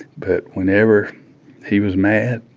but whenever he was mad,